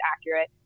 accurate